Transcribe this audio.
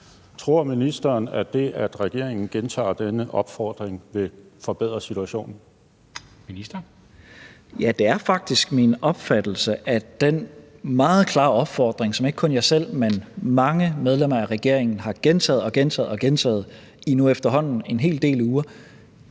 Ministeren. Kl. 14:49 Udlændinge- og integrationsministeren (Mattias Tesfaye): Ja, det er faktisk min opfattelse, at den meget klare opfordring, som ikke kun jeg selv, men som mange medlemmer af regeringen har gentaget og gentaget i nu efterhånden en hel del uger,